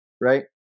right